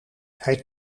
hij